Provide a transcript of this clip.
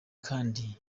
kandi